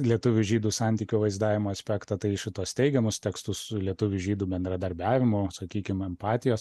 lietuvių žydų santykių vaizdavimo aspektą tai į šituos teigiamus tekstus lietuvių žydų bendradarbiavimo sakykim empatijos